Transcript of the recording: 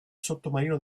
sottomarino